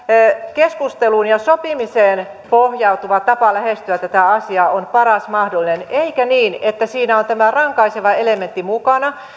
keskusteluun ja sopimiseen pohjautuva tapa lähestyä tätä asiaa on paras mahdollinen eikä niin että siinä on tämä rankaiseva elementti mukana